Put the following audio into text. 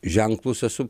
ženklus esu